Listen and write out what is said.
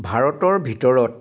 ভাৰতৰ ভিতৰত